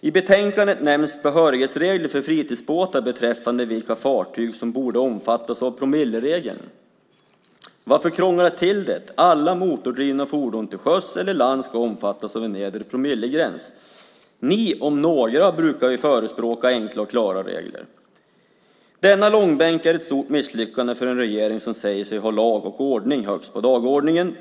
I betänkandet nämns det om behörighetsregler för fritidsbåtar beträffande vilka fartyg som borde omfattas av promilleregeln. Varför krångla till det? Alla motordrivna fordon till sjöss och till lands ska omfattas av en nedre promillegräns. Ni om några brukar förespråka enkla och klara regler. Denna långbänk är ett stort misslyckande för en regering som säger sig ha lag och ordning högst upp på dagordningen.